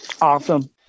Awesome